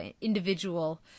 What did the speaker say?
individual